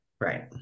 Right